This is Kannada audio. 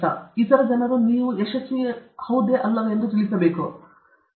ಇತರ ಜನರು ನಿಮ್ಮ ಯಶಸ್ವಿ ಅಥವಾ ಇಲ್ಲವೇ ಎಂದು ತಿಳಿಸಬೇಕು ನಾವು ಮಾತನಾಡಲು ಇಟ್ಟುಕೊಳ್ಳಬಾರದು